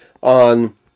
on